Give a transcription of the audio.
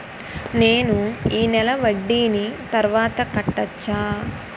నేను ఈ నెల వడ్డీని తర్వాత కట్టచా?